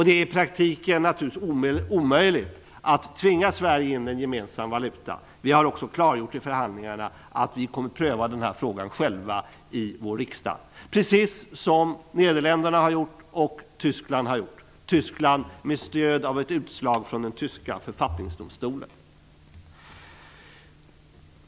Det är i praktiken omöjligt att tvinga Sverige in i en gemensam valuta. Vi har också klargjort i förhandlingarna att vi kommer att pröva den här frågan i vår riksdag, precis som Nederländerna och Tyskland har gjort -- Tyskland med stöd av ett utslag från den tyska författningsdomstolen.